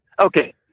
Okay